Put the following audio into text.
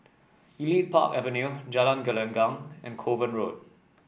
Elite Park Avenue Jalan Gelenggang and Kovan Road